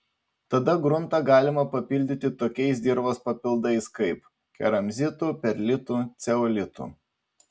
tada gruntą galima papildyti tokiais dirvos papildais kaip keramzitu perlitu ceolitu